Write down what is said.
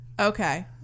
Okay